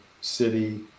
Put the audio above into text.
City